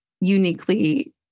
uniquely